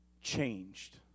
changed